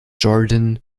jordan